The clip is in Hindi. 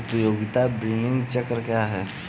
उपयोगिता बिलिंग चक्र क्या है?